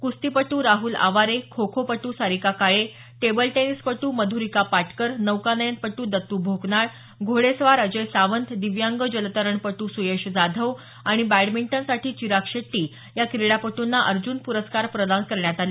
कुस्तीपटू राहुल आवारे खो खो पटू सारिका काळे टेबल टेनिसपटू मधुरिका पाटकर नौकानयनपटू दत्तू भोकनाळ घोडेस्वार अजय सावंत दिव्यांग जलतरणपटू सुयश जाधव आणि बॅडमिंटनसाठी चिराग शेट्टी या क्रीडापटूंना अर्जून पुरस्कार प्रदान करण्यात आले